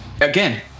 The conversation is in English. Again